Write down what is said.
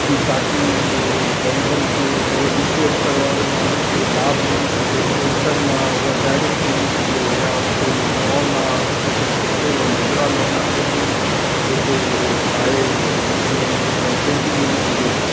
की ताकी ग़रीबनि खे थोरो नीचे स्थर वारे माण्हू खे लाभ मिली सघे पैंशन न उहा डायरेक्ट पुॼी सघे या कोई लोन आहे जेको सस्ते में मुद्रा लोन आहे या ॿियो कोई जेको आहे उन खे उन खे फैसिलिटी मिली सघे